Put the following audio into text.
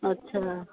अच्छा